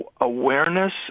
awareness